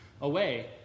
away